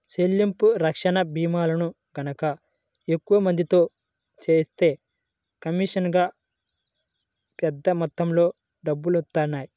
చెల్లింపు రక్షణ భీమాలను గనక ఎక్కువ మందితో చేయిస్తే కమీషనుగా పెద్ద మొత్తంలో డబ్బులొత్తాయి